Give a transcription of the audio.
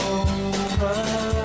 over